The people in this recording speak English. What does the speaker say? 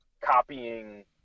copying